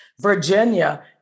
Virginia